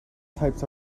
types